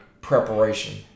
preparation